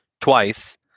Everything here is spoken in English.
twice